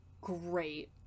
great